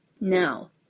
Now